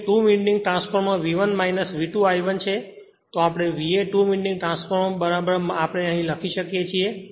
તેથી જો VA two winding transformer V1 V2 I1 છે તો આપણે VA ટુ વિન્ડિંગ ટ્રાન્સફોર્મર બરાબર આપણે અહી લખી શકીએ છીએ